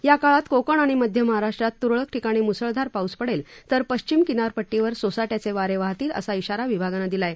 या काळात कोकण अणि मध्य महाराष्ट्रात तुरळक ठिकाणी मुसळधार पाऊस पडेल तर पश्चिम किनारपट्टीवर सोसाट्याचे वारे वाहतील असा श्वाारा विभागानं दिला आहे